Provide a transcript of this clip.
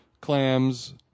clams